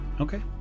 Okay